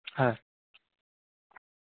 হ্যাঁ